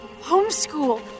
homeschool